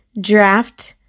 draft